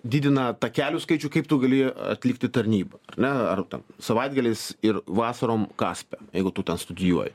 didina takelių skaičių kaip tu gali atlikti tarnybą na ar ten savaitgaliais ir vasarom kaspe jeigu tu ten studijuoji